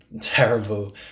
terrible